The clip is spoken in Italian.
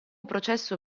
processo